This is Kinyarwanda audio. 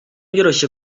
byoroshye